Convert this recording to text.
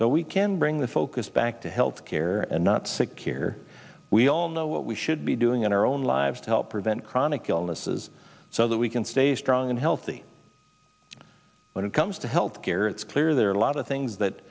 so we can bring the focus back to health care and not sick care we all know what we should be doing in our own lives to help prevent chronic illnesses so that we can stay strong and healthy when it comes to health care it's clear there are a lot of things that